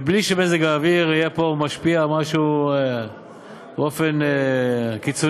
ובלי שמזג האוויר יהיה פה משפיע באופן קיצוני,